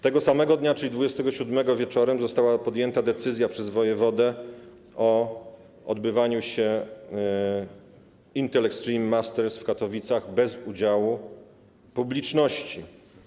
Tego samego dnia, czyli 27 lutego, wieczorem została podjęta decyzja przez wojewodę o odbywaniu się Intel Extreme Masters w Katowicach bez udziału publiczności.